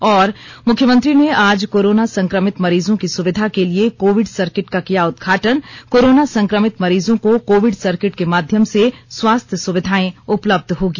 और मुख्यमंत्री ने आज कोरोना संक्रमित मरीजों की सुविधा के लिए कोविड सर्किट का किया उद्घाटन कोरोना संक्रमित मरीजों को कोविड सर्किट के माध्यम से स्वास्थ्य सुविधाए उपलब्ध होगी